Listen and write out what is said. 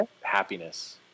happiness